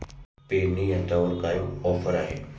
पेरणी यंत्रावर काय ऑफर आहे?